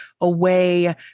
away